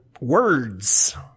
Words